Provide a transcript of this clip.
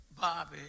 Bobby